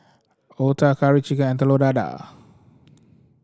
otah Curry Chicken and Telur Dadah